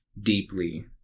deeply